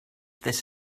this